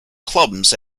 clubs